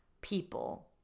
people